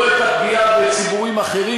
לא את הפגיעה בציבורים אחרים,